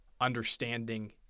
understanding